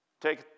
Take